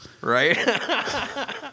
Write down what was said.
Right